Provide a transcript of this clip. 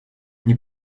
nie